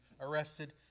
arrested